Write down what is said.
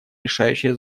решающее